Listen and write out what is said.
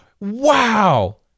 Wow